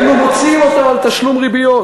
היינו מוציאים אותם על תשלום ריביות.